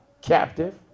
captive